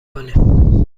کنیم